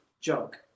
joke